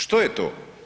Što je to?